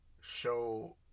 show